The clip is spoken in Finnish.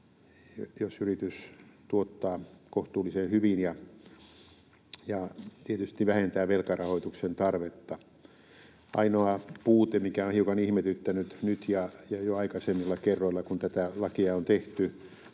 jos yritys tuottaa kohtuullisen hyvin, ja tietysti vähentää velkarahoituksen tarvetta. Ainoa puute, mikä on hiukan ihmetyttänyt nyt ja jo aikaisemmilla kerroilla, kun tätä lakia on tehty,